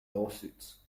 lawsuits